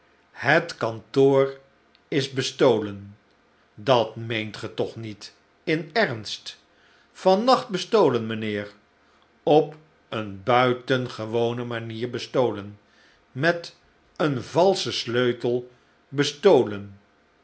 het kantoor is bestolen dat roeent ge toch niet in ernst van nacht bestolen mijnheer op een buitengewone manier bestolen met een valschen sleutel bestolen